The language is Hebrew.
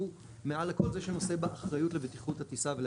מעל לכל זה שנושא באחריות בבטיחות הטיסה ובהפעלתה.